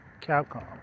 Capcom